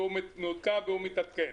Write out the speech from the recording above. והוא מעודכן והוא מתעדכן.